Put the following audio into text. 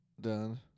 Done